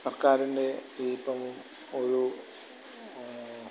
സർക്കാരിൻ്റെ ഈപ്പം ഒരു